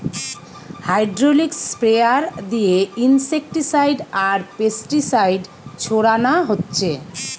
hydraulic sprayer দিয়ে insecticide আর pesticide ছোড়ানা হচ্ছে